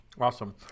Awesome